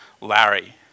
Larry